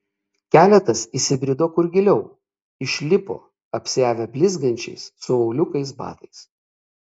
keletas įsibrido kur giliau išlipo apsiavę blizgančiais su auliukais batais